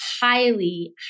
highly